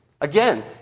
Again